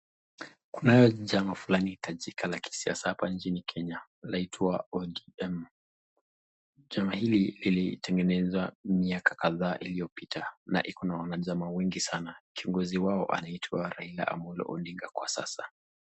Kunao chama flani tajika la kiziaza hapa njini Kenya inaitwa ODM, Chama hili ilitengenezwa miaka kadhaa iliopita na iko na wanachamaa wengi sana kiongozi wao anaitwa Raila Amolo Odinga kwa sasa.